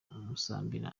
musambira